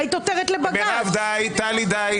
מירב די, טלי די.